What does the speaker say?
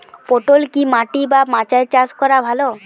পটল কি মাটি বা মাচায় চাষ করা ভালো?